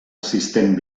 assistent